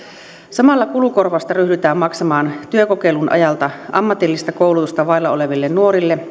samalla kulukorvausta ryhdytään maksamaan työkokeilun ajalta ammatillista koulutusta vailla oleville nuorille